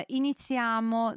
iniziamo